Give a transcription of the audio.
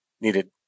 needed